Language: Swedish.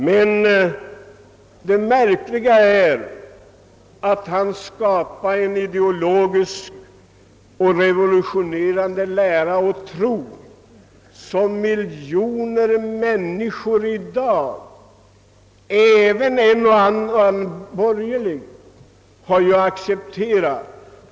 Men det märkliga är att han skapade en ideologi, en revolutionerande lära och tro, som miljoner människor i dag — även en och annan borgerlig — har accepterat.